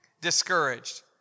discouraged